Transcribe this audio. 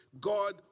God